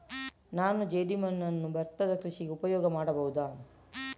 ನಾನು ಜೇಡಿಮಣ್ಣನ್ನು ಭತ್ತದ ಕೃಷಿಗೆ ಉಪಯೋಗ ಮಾಡಬಹುದಾ?